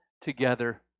together